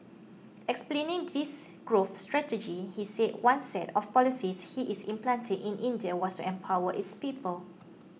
explaining this growth strategy he said one set of policies he is implanting in India was to empower its people